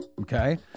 Okay